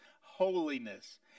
holiness